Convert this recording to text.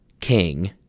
king